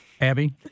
Abby